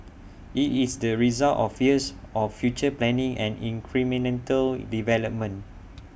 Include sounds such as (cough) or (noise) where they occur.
IT is the result of years of future planning and (unintelligible) development